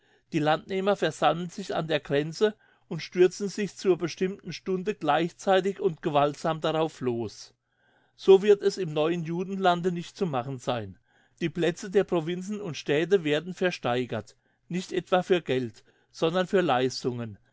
die landnehmer versammeln sich an der grenze und stürzen zur bestimmten stunde gleichzeitig und gewaltsam darauf los so wird es im neuen judenlande nicht zu machen sein die plätze der provinzen und städte werden versteigert nicht etwa für geld sondern für leistungen